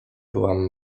byłam